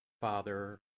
Father